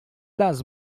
das